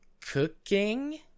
cooking